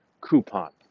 coupon